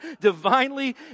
divinely